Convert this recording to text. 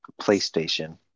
PlayStation